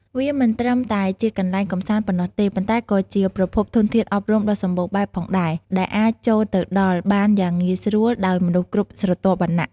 វាមិនត្រឹមតែជាកន្លែងកម្សាន្តប៉ុណ្ណោះទេ ប៉ុន្តែក៏ជាប្រភពធនធានអប់រំដ៏សម្បូរបែបផងដែរ ដែលអាចចូលទៅដល់បានយ៉ាងងាយស្រួលដោយមនុស្សគ្រប់ស្រទាប់វណ្ណៈ។